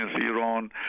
Iran